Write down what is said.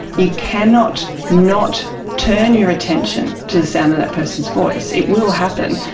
you cannot not turn your attention to the sound of that person's voice. it will happen.